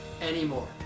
anymore